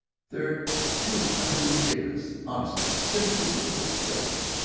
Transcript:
they're too utterly ridiculous honestly, simply disgusting.